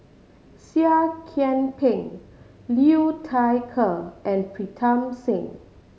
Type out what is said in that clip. Seah Kian Peng Liu Thai Ker and Pritam Singh